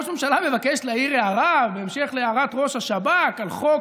ראש ממשלה מבקש להעיר הערה בהמשך להערת ראש השב"כ על חוק,